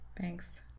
Thanks